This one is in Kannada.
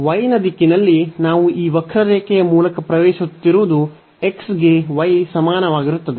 y ನ ದಿಕ್ಕಿನಲ್ಲಿ ನಾವು ಈ ವಕ್ರರೇಖೆಯ ಮೂಲಕ ಪ್ರವೇಶಿಸುತ್ತಿರುವುದು x ಗೆ y ಸಮಾನವಾಗಿರುತ್ತದೆ